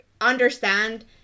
understand